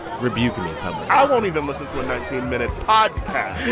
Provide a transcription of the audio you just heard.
rebuke me, public i won't even listen to a nineteen minute podcast